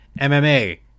MMA